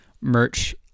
merch